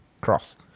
cross